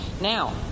Now